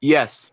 Yes